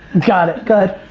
got it, go ahead.